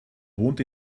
wohnt